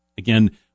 Again